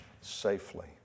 safely